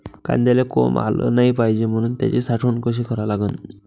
कांद्याले कोंब आलं नाई पायजे म्हनून त्याची साठवन कशी करा लागन?